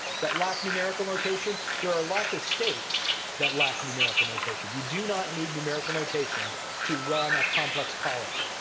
that lack numerical notation, there are lots of states that lack numerical notation. you do not need numerical notation to run a complex polity.